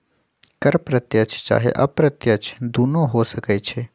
कर प्रत्यक्ष चाहे अप्रत्यक्ष दुन्नो हो सकइ छइ